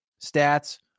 stats